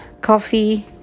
coffee